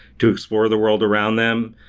to explore the world around them,